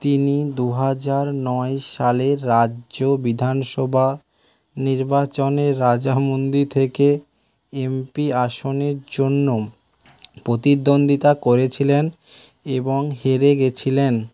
তিনি দুহাজার নয় সালের রাজ্য বিধানসবা নির্বাচনে রাজামুন্দি থেকে এমপি আসনের জন্য প্রতিদ্বন্দ্বিতা করেছিলেন এবং হেরে গেছিলেন